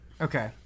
Okay